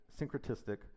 syncretistic